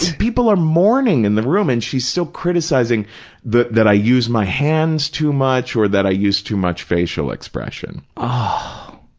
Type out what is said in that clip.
people are mourning in the room and she's still criticizing that that i use my hands too much or that i use too much facial expression. oh,